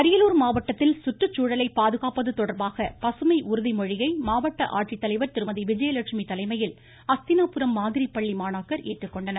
அரியலூர் மாவட்டத்தில் சுற்றுச்சூழலை பாதுகாப்பது தொடர்பாக பசுமை உறுதிமொழியை மாவட்ட ஆட்சித்தலைவர் திருமதி விஜயலெட்சுமி தலைமையில் அஸ்தினாபுரம் மாதிரி பள்ளி மாணாக்கர் ஏற்றுக்கொண்டனர்